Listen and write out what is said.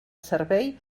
servei